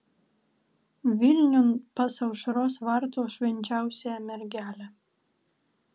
vilniun pas aušros vartų švenčiausiąją mergelę